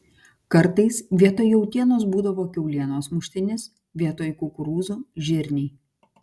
kartais vietoj jautienos būdavo kiaulienos muštinis vietoj kukurūzų žirniai